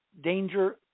danger